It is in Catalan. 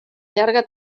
llarga